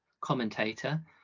commentator